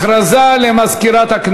מה אתה צועק?